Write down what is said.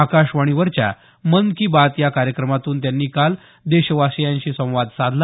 आकाशवाणीवरच्या मन की बात या कार्यक्रमातून त्यांनी काल देशवाशियांशी संवाद साधला